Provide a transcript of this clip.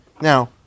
Now